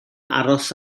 aros